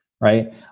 right